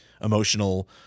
emotional